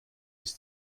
ist